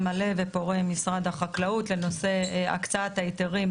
מלא ופורה עם משרד החקלאות לנושא הקצאת ההיתרים